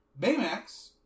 Baymax